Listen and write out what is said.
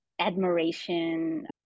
admiration